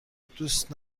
دوست